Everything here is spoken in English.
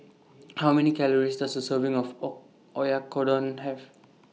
How Many Calories Does A Serving of O Oyakodon Have